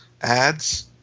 ads